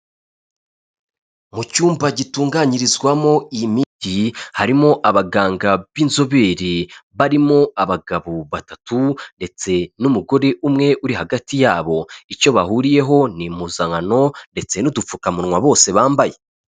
Mu cyumba gitunganyirizwamo imiti, harimo abaganga b'inzobere barimo abagabo batatu ndetse n'umugore umwe uri hagati yabo, icyo bahuriyeho ni impuzankano ndetse n'udupfukamunwa bose bambaye.